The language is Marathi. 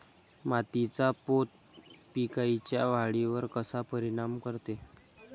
मातीचा पोत पिकाईच्या वाढीवर कसा परिनाम करते?